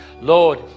Lord